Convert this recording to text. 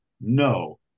no